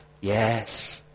Yes